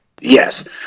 Yes